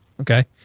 okay